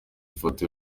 ifoto